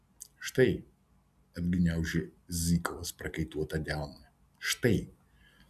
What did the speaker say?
štai atgniaužia zykovas prakaituotą delną štai